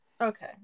Okay